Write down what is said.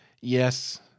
Yes